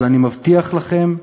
אבל אני מבטיח לכם,